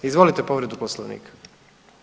Izvolite povredu poslovnika.